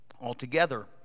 altogether